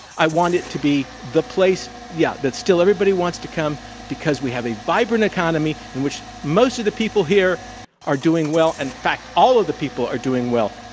i want it to be the place, yeah, that, still, everybody wants to come because we have a vibrant economy in which most of the people here are doing well, in and fact, all of the people are doing well,